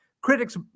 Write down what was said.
critics